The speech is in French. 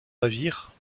navire